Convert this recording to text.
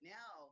now